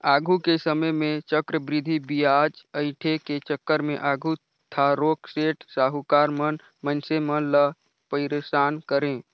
आघु के समे में चक्रबृद्धि बियाज अंइठे के चक्कर में आघु थारोक सेठ, साहुकार मन मइनसे मन ल पइरसान करें